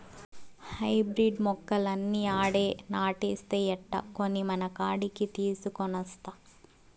hybrid మొక్కలన్నీ ఆడే నాటేస్తే ఎట్టా, కొన్ని మనకాడికి తీసికొనొస్తా